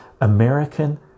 American